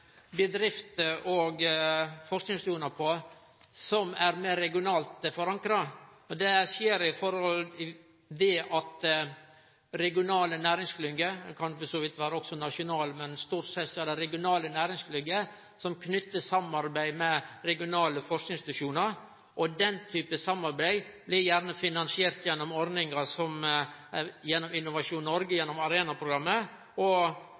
bedrifter og forskingsinstitusjonar på som er meir regionalt forankra. Det skjer ved at regionale næringsklyngjer – det kan for så vidt også vere nasjonale, men stort sett er dei regionale – knyter samarbeid med regionale forskingsinstitusjonar. Den typen samarbeid blir gjerne finansiert gjennom ordningar som Innovasjon Norge, gjennom Arena-programmet og